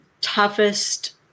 toughest